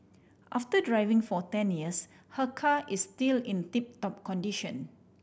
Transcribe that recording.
after driving for ten years her car is still in tip top condition